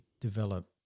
develop